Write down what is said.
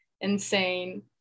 insane